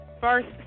first